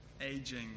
aging